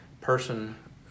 person